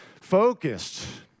focused